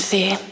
See